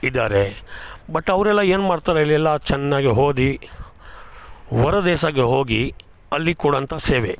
ಇದ್ದಾರೆ ಬಟ್ ಅವರೆಲ್ಲ ಏನು ಮಾಡ್ತಾರೇಳಿ ಎಲ್ಲ ಚೆನ್ನಾಗಿ ಓದಿ ಹೊರದೇಶಾಗೆ ಹೋಗಿ ಅಲ್ಲಿ ಕೊಡೋಂಥ ಸೇವೆ